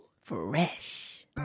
fresh